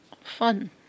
Fun